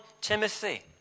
Timothy